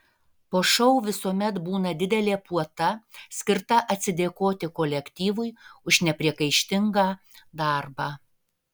po šou visuomet būna didelė puota skirta atsidėkoti kolektyvui už nepriekaištingą darbą